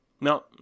No